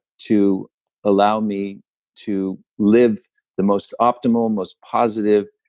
to allow me to live the most optimal, most positive,